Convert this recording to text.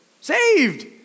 Saved